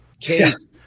case